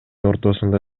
ортосунда